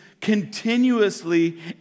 continuously